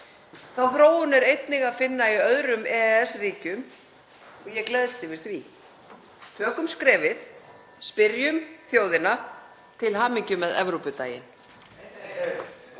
Þá þróun er einnig að finna í öðrum EES-ríkjum og ég gleðst yfir því. Tökum skrefið, spyrjum þjóðina. Til hamingju með Evrópudaginn.